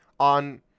on